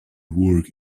work